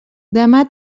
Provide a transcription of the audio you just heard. demà